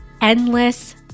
endless